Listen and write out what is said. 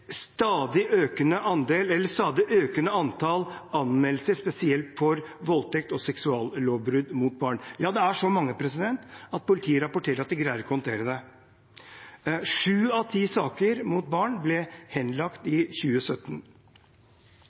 stadig økende antall anmeldelser, spesielt for voldtekt og seksuallovbrudd mot barn. Ja, det er så mange at politiet rapporterer at de ikke greier å håndtere det. Sju av ti saker mot barn ble henlagt i 2017.